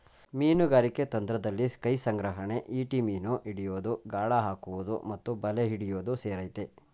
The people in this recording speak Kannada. ಮೀನುಗಾರಿಕೆ ತಂತ್ರದಲ್ಲಿ ಕೈಸಂಗ್ರಹಣೆ ಈಟಿ ಮೀನು ಹಿಡಿಯೋದು ಗಾಳ ಹಾಕುವುದು ಮತ್ತು ಬಲೆ ಹಿಡಿಯೋದು ಸೇರಯ್ತೆ